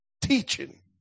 Teaching